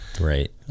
Right